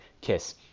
kiss